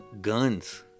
guns